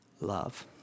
love